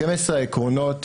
12 העקרונות